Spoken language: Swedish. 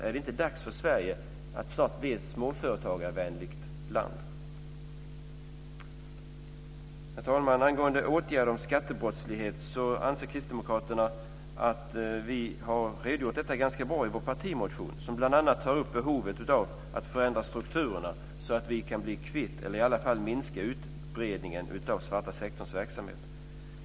Är det inte dags för Sverige att bli ett småföretagarvänligt land? Herr talman! Angående åtgärder mot skattebrottslighet anser kristdemokraterna att vi har redogjort för detta ganska väl i vår partimotion. Den tar bl.a. upp behovet av att förändra strukturerna så att vi kan bli kvitt, eller i alla fall minska utbredningen av den svarta sektorns verksamhet.